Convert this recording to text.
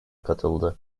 katıldı